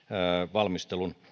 valmistelun